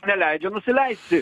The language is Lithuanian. neleidžia nusileisti